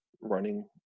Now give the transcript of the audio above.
running